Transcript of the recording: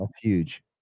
huge